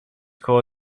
koło